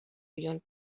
beyond